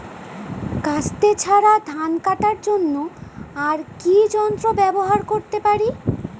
কাস্তে ছাড়া ধান কাটার জন্য আর কি যন্ত্র ব্যবহার করতে পারি?